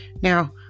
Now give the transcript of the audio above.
Now